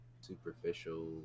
superficial